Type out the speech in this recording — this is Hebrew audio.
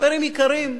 חברים יקרים,